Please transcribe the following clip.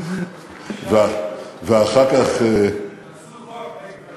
עשו חוק נגד